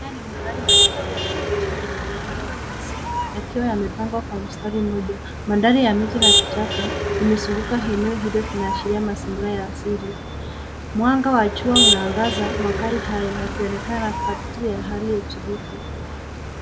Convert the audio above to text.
Haya ni magari mbalimbali yameegeshwa kwenye uwanja wa nyasi. Yakiwa yamepangwa kwa mstari mmoja. Mandhari ya miji na vichaka, imezunguka eneo hilo. Vinashiria mazingira ya asili. Mwanga wa jua unaangaza magari hayo, yakionekana katika hali ya utulivu.